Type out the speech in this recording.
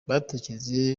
batekereje